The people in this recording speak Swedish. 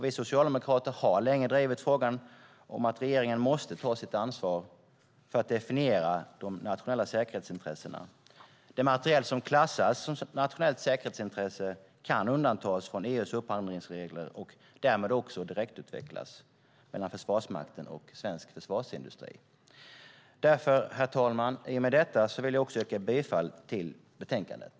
Vi socialdemokrater har länge drivit frågan om att regeringen måste ta sitt ansvar för att definiera de nationella säkerhetsintressena. Den materiel som klassas som nationellt säkerhetsintresse kan undantas från EU:s upphandlingsregler och därmed också direktutvecklas i samarbete mellan Försvarsmakten och svensk försvarsindustri. Herr talman! Jag yrkar bifall till utskottets förslag i betänkandet.